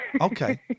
okay